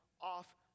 off